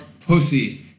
pussy